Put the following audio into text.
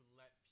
let